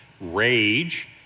rage